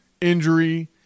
injury